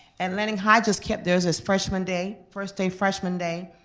atlantic high just kept theirs as freshman day, first day freshman day.